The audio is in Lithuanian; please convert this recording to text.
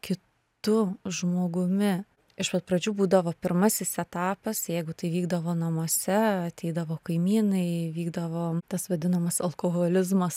ki tu žmogumi iš pat pradžių būdavo pirmasis etapas jeigu tai vykdavo namuose ateidavo kaimynai vykdavo tas vadinamas alkoholizmas